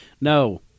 No